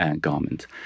garment